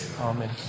Amen